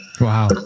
Wow